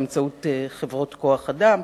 באמצעות חברות כוח-אדם.